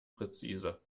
präzise